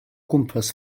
gwmpas